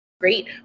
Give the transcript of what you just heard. great